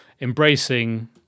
embracing